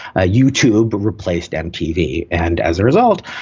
ah youtube replaced mtv. and as a result,